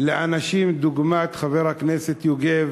לאנשים דוגמת חבר הכנסת יוגב